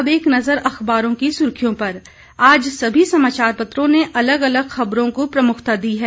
अब एक नजर अखबारों की सुर्खियों पर आज सभी समाचार पत्रों ने अलग अलग खबरों को प्रमुखता दी है